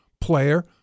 player